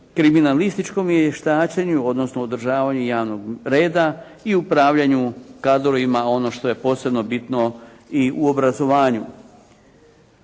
kriminalističkom vještačenju, odnosno održavanju javnog reda i upravljanju kadrovima i ono što je posebno bitno i u obrazovanju.